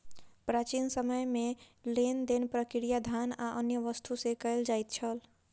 प्राचीन समय में लेन देन प्रक्रिया धान आ अन्य वस्तु से कयल जाइत छल